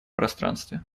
пространстве